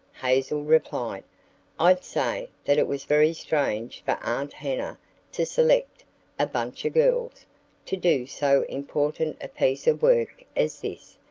hazel replied i'd say that it was very strange for aunt hannah to select a bunch of girls to do so important a piece of work as this.